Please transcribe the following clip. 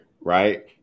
right